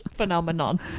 Phenomenon